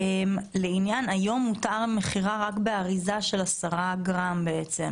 היום מותרת המכירה רק באריזה של 10 גרם לייצר.